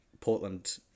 Portland